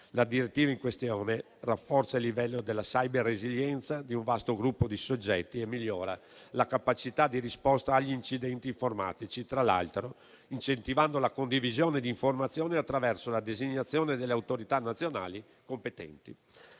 La direttiva in questione rafforza il livello della *cyber*-resilienza di un vasto gruppo di soggetti e migliora la capacità di risposta agli incidenti informatici, tra l'altro incentivando la condivisione di informazioni attraverso la designazione delle autorità nazionali competenti.